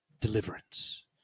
deliverance